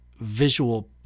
visual